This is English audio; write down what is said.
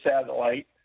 Satellite